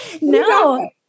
No